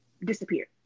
disappear